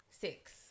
Six